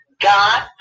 God